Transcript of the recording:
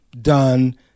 done